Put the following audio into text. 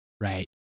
right